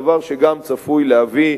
דבר שגם צפוי להביא,